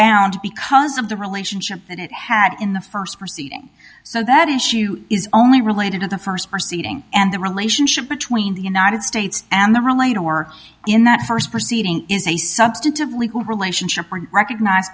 bound because of the relationship that it had in the first proceeding so that issue is only related to the first proceeding and the relationship between the united states and the related work in that first proceeding is a substantive legal relationship recognized